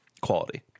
quality